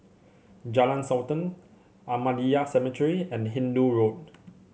Jalan Sultan Ahmadiyya Cemetery and Hindoo Road